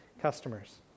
customers